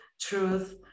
truth